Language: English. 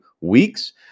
weeks